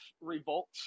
revolt